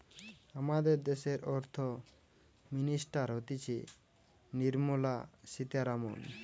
আমাদের দ্যাশের অর্থ মিনিস্টার হতিছে নির্মলা সীতারামন